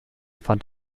fand